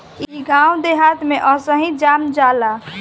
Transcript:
इ गांव देहात में अइसही जाम जाला